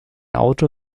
auto